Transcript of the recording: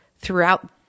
throughout